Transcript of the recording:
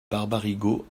barbarigo